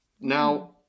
Now